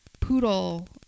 poodle